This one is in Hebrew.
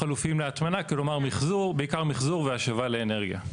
להטמנה, כלומר בעיקר מחזור והשבה לאנרגיה.